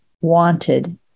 wanted